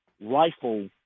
rifle